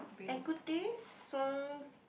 equity